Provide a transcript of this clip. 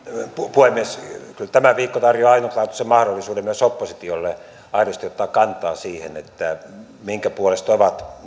puhemies kyllä tämä viikko tarjoaa ainutlaatuisen mahdollisuuden myös oppositiolle aidosti ottaa kantaa siihen minkä puolesta ovat